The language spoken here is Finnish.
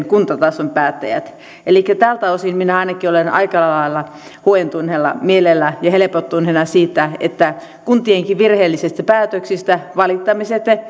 kuntatason päättäjät päättävät elikkä tältä osin minä ainakin olen aika lailla huojentuneella mielellä ja helpottuneena siitä että kuntienkin virheellisistä päätöksistä valittamiset